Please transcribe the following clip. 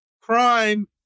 crime